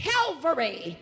Calvary